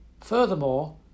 furthermore